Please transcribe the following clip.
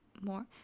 more